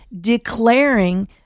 declaring